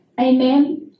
Amen